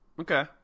Okay